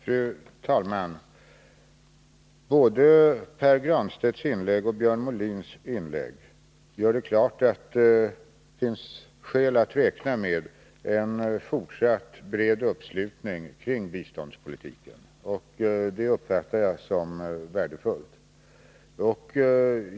Fru talman! Både Pär Granstedts och Björn Molins inlägg gör det klart att det finns skäl att räkna med en fortsatt bred uppslutning kring biståndspolitiken. Det uppfattar jag som värdefullt.